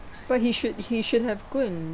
but he should he should have go and